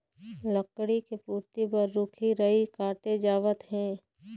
लकड़ी के पूरति बर रूख राई काटे जावत हे